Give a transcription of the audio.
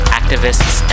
activists